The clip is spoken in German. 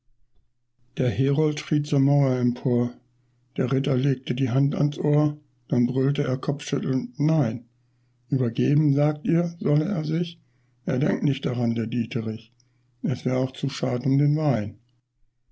der herold schrie zur mauer empor der ritter legte die hand ans ohr dann brüllte er kopfschüttelnd nein übergeben sagt ihr solle er sich er denkt nicht daran der dieterich es wär auch zu schad um den wein